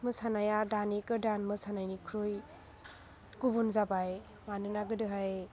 मोसानाया दानि गोदान मोसानायनिख्रुइ गुबुन जाबाय मानोना गोदोहाय